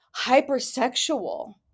hypersexual